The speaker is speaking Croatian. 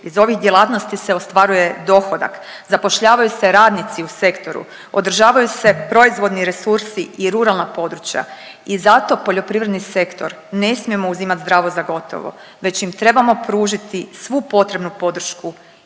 Iz ovih djelatnosti se ostvaruje dohodak, zapošljavaju se radnici u sektoru, održavaju se proizvodni resursi i ruralna područja i zato poljoprivredni sektor ne smijemo uzimat zdravo za gotovo već im trebamo pružiti svu potrebnu podršku,